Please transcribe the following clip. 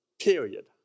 Period